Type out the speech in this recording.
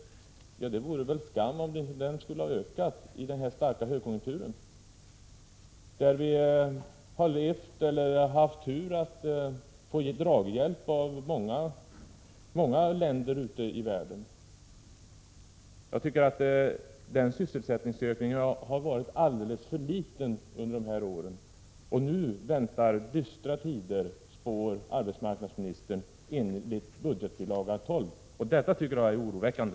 Ja, det vore väl skam om sysselsättningen inte skulle ha ökat i denna starka högkonjunktur, där vi ju har haft turen att få draghjälp av många länder ute i världen. Jag tycker att sysselsättningsökningen har varit alldeles för liten under de här åren. Nu väntar dystra tider, spår arbetsmarknadsministern i budgetbilaga 12. Det tycker jag är oroväckande.